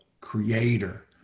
creator